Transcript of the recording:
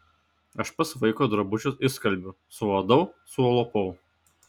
aš pats vaiko drabužius išskalbiu suadau sulopau